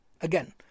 Again